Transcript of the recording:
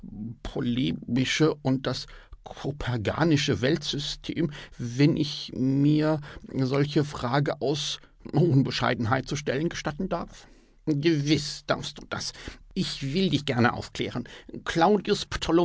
polemische und das koperganische weltsystem wenn ich mir solche frage aus unbescheidenheit zu stellen gestatten darf gewiß darfst du das und ich will dich gerne aufklären claudius